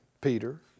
Peter